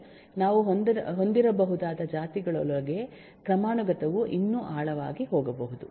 ನಾವು ಹೊಂದಿರಬಹುದಾದ ಜಾತಿಗಳೊಳಗೆ ಕ್ರಮಾನುಗತವು ಇನ್ನೂ ಆಳವಾಗಿ ಹೋಗಬಹುದು